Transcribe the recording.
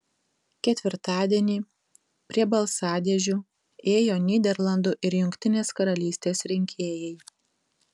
ketvirtadienį prie balsadėžių ėjo nyderlandų ir jungtinės karalystės rinkėjai